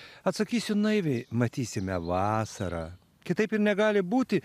atsakysiu naiviai matysime vasarą kitaip ir negali būti